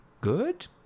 good